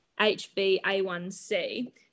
HbA1c